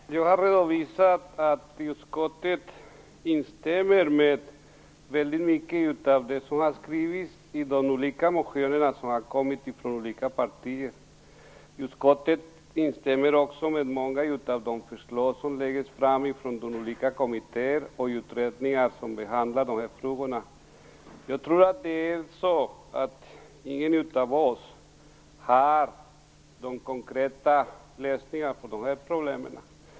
Fru talman! Jag har redovisat att utskottet instämmer med väldigt mycket av det som har skrivits i de motioner som har kommit från olika partier. Utskottet instämmer också med många av de förslag som läggs fram av de olika kommittéer och utredningar som behandlar de här frågorna. Jag tror inte att någon av oss har de konkreta lösningarna på de här problemen.